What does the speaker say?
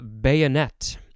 bayonet